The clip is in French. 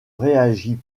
réagit